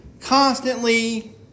constantly